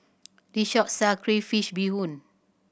this shop sell crayfish beehoon